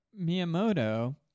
Miyamoto